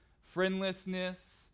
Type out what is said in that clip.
friendlessness